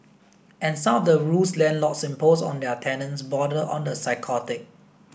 and some of the rules landlords impose on their tenants border on the psychotic